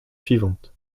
suivantes